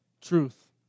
truth